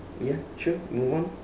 ya sure move on